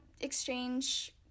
exchange